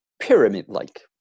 pyramid-like